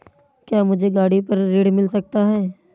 क्या मुझे गाड़ी पर ऋण मिल सकता है?